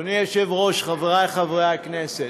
אדוני היושב-ראש, חברי חברי הכנסת,